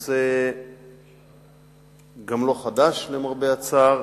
וגם נושא לא חדש, למרבה הצער.